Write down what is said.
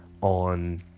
on